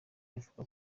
avuga